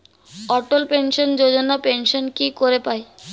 অটল pension Yojana pension কি করে পায়?